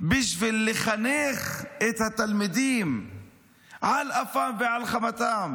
בשביל לחנך את התלמידים על אפם ועל חמתם.